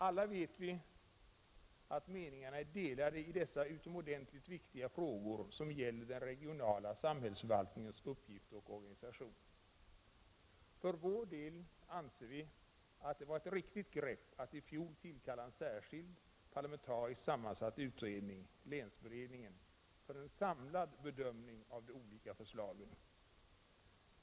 Alla vet vi att meningarna är delade i dessa utomordentligt viktiga frågor, som gäller den regionala samhällsförvaltningens uppgifter och organisation. För vår del anser vi att det var ett riktigt grepp att i fjol tillkalla en särskild parlamentariskt sammansatt utredning, länsberedningen, för en samlad bedömning av de olika förslagen.